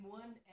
one